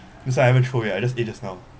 because I haven't throw away I just ate just now